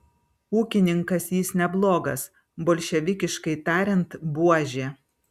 ūkininkas jis neblogas bolševikiškai tariant buožė